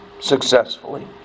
successfully